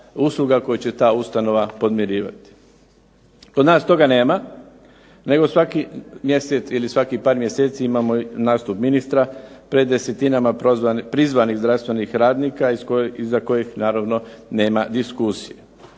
koju će ta ustanova podmirivati. Kod nas toga nema, nego svaki mjesec ili svakih par mjeseci imamo nastup ministra pred desetinama prizvanih zdravstvenih radnika iza kojih naravno nema diskusije.